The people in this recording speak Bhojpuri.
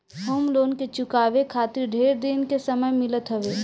होम लोन के चुकावे खातिर ढेर दिन के समय मिलत हवे